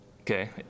Okay